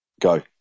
Go